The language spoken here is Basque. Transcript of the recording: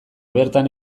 bertan